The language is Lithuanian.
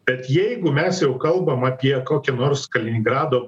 bet jeigu mes jau kalbam apie kokį nors kaliningrado